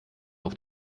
auf